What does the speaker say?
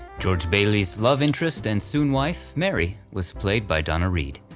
george bailey's love interest and soon wife, mary, was played by donna reed,